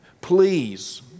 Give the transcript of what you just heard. please